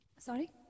Sorry